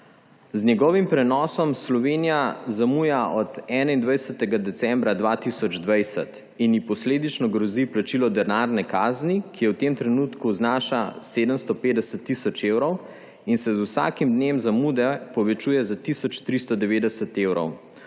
Z njegovim prenosom Slovenija zamuja od 21. decembra 2020 in ji posledično grozi plačilo denarne kazni, ki v tem trenutku znaša 750 tisoč evrov in se z vsakim dnem zamude povečuje za tisoč 390 evrov,